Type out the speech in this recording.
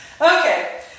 Okay